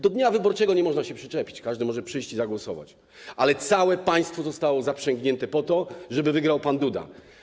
Do dnia wyborczego nie można się przyczepić - każdy może przyjść i zagłosować - ale całe państwo zostało zaprzęgnięte po to, żeby wygrał pan Duda.